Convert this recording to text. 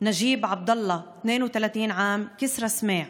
נג'יב עבדאללה, 32, כסרא-סמיע,